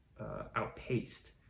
outpaced